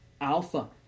alpha